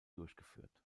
durchgeführt